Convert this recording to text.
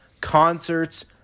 concerts